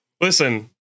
Listen